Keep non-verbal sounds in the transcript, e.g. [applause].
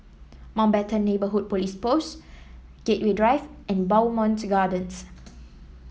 Mountbatten Neighbourhood Police Post Gateway Drive and Bowmont Gardens [noise]